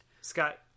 Scott